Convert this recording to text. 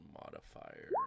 modifier